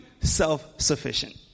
self-sufficient